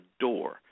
door